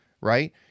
right